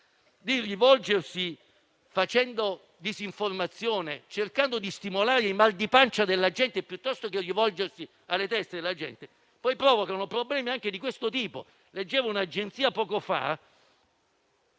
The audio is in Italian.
di rivolgersi facendo disinformazione e cercando di stimolare il mal di pancia della gente piuttosto che rivolgersi alla testa della gente, provoca poi problemi di questo tipo. Poco fa leggevo un'agenzia relativa,